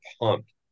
pumped